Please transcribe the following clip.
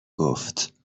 گفت